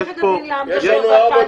כל המדים יש להם הכשר.